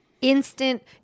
instant